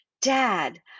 Dad